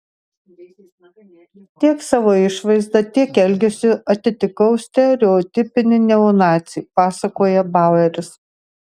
tiek savo išvaizda tiek elgesiu atitikau stereotipinį neonacį pasakoja baueris